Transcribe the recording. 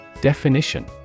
Definition